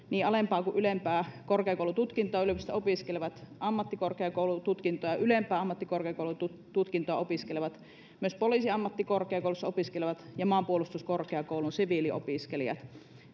niin alempaa kuin ylempää korkeakoulututkintoa yliopistossa opiskelevat ammattikorkeakoulututkintoa ja ylempää ammattikorkeakoulututkintoa opiskelevat myös poliisiammattikorkeakoulussa opiskelevat ja maanpuolustuskorkeakoulun siviiliopiskelijat